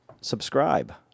subscribe